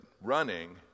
running